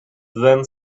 then